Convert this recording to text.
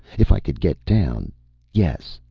if i could get down yes,